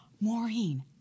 Maureen